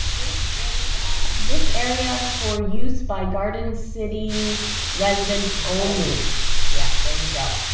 this area this area for use by garden city residents only yeah. there you go.